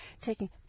taking